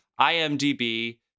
IMDb